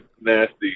nasty